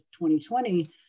2020